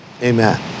amen